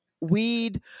weed